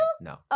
No